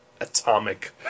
atomic